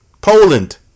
Poland